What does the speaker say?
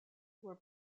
were